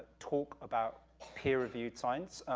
talk about peer-reviewed science.